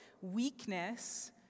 weakness